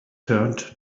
turned